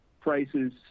prices